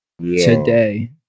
Today